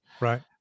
Right